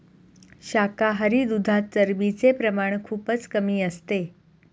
शाकाहारी दुधात चरबीचे प्रमाण खूपच कमी असते